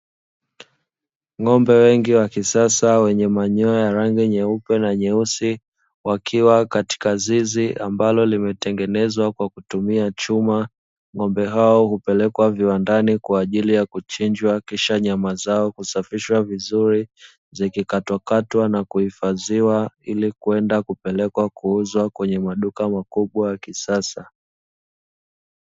Ng'ombe wengi wa kisasa wenye manyoya ya rangi nyeupe na nyeusi wakiwa katika zizi ambalo limetengenezwa kwa kutumia chuma. Ng'ombe hao hupelekwa viwandani kwa ajili ya kuchinjwa kisha nyama zao kusafishwa vizuri zikikatwakatwa na kuhifadhiwa ili kwenda kupelekwa kuuzwa kwenye maduka makubwa ya kisasa.